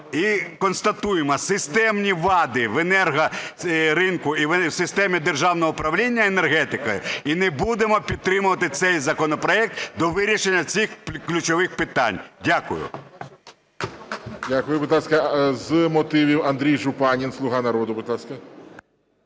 і констатуємо системні вади в енергоринку і в системі державного управління енергетики і не будемо підтримувати цей законопроект до вирішення всіх ключових питань. Дякую. ГОЛОВУЮЧИЙ. Дякую. Будь ласка, з мотивів – Андрій Жупанин, "Слуга народу". Будь ласка.